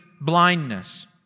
blindness